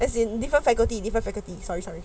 as in different faculty sorry sorry